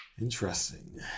Interesting